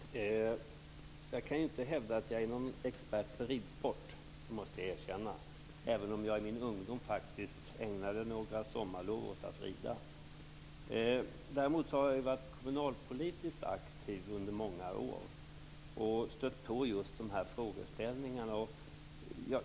Fru talman! Jag kan inte hävda att jag är någon expert på ridsport. Det måste jag erkänna, även om jag i min ungdom faktiskt ägnade några sommarlov åt att rida. Däremot har jag varit kommunalpolitiskt aktiv under många år och stött på just dessa frågeställningar.